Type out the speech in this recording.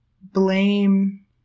blame